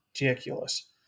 ridiculous